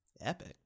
epic